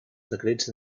decrets